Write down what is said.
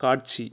காட்சி